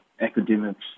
academics